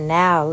now